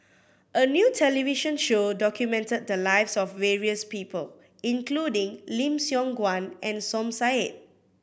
a new television show documented the lives of various people including Lim Siong Guan and Som Said